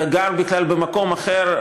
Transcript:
וגר בכלל במקום אחר,